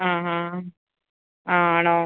ആ ഹാ ആണോ